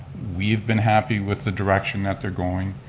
we've been happy with the direction that they're going,